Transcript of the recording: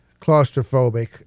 claustrophobic